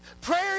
Prayer